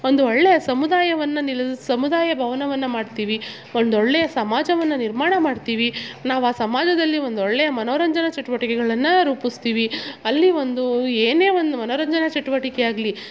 ಒಂದು ಒಳ್ಳೆಯ ಸಮುದಾಯವನ್ನು ನಿಲ್ ಸಮುದಾಯ ಭವನವನ್ನ ಮಾಡ್ತೀವಿ ಒಂದೊಳ್ಳೆಯ ಸಮಾಜವನ್ನು ನಿರ್ಮಾಣ ಮಾಡ್ತೀವಿ ನಾವು ಆ ಸಮಾಜದಲ್ಲಿ ಒಂದು ಒಳ್ಳೆಯ ಮನೋರಂಜನ ಚಟುವಟಿಕೆಗಳನ್ನು ರೂಪಿಸ್ತಿವಿ ಅಲ್ಲಿ ಒಂದು ಏನೇ ಒಂದು ಮನೋರಂಜನ ಚಟುವಟಿಕೆ ಆಗಲಿ